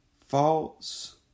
false